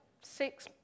six